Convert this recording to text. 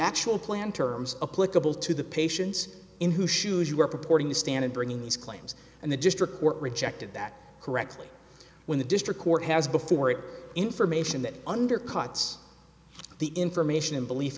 actual plan terms a political to the patients in who shoes you are purporting to stand in bringing these claims and the district court rejected that correctly when the district court has before it information that undercuts the information in belief